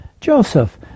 Joseph